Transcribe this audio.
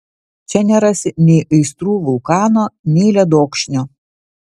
čia nerasi nei aistrų vulkano nei ledokšnio